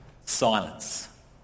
Silence